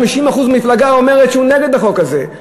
50% של מפלגה אומר שהוא נגד החוק הזה.